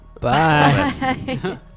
Bye